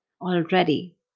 already